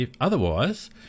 otherwise